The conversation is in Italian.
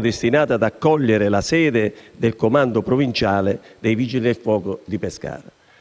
destinata ad accogliere la sede del comando provinciale dei Vigili del fuoco di Pescara.